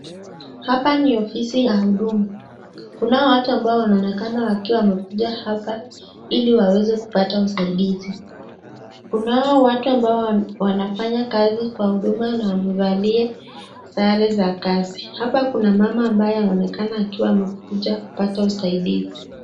Hapa ni ofisi ya huduma. Kunao watu ambao wanaonekana wakiwa wamekuja hapa ili waweze kupata usaidizi. Kunao watu ambao wanafanya kazi kwa huduma na wamevalia sare za kazi. Hapa kuna mama ambaye anaonekana akiwa amekuja kupata usaidizi.